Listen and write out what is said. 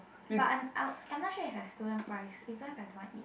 but I'm I I'm not sure if have student price if don't have I don't want eat